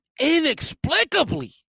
inexplicably